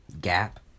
gap